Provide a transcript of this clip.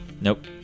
Nope